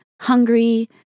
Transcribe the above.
hungry